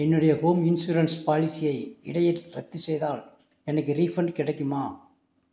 என்னுடைய home insurance பாலிசியை இடையில் ரத்து செய்தால் எனக்கு ரீஃபண்ட் கிடைக்குமா